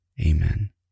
Amen